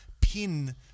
pin